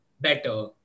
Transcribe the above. better